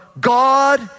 God